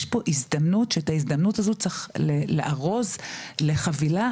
יש פה הזדמנות שאת ההזדמנות הזאת צריך לארוז לחבילה